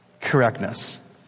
correctness